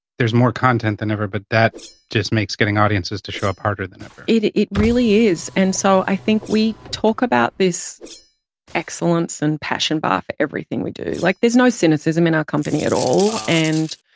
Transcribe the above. there's more content than ever, but that just makes getting audiences to show up harder than ever. it it really is. and so i think we talk about this excellence and passion bar for everything we do. like, there's no cynicism in our company at all. and,